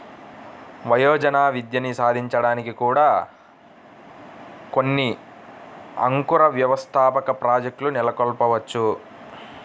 వయోజన విద్యని సాధించడానికి కూడా కొన్ని అంకుర వ్యవస్థాపక ప్రాజెక్ట్లు నెలకొల్పవచ్చు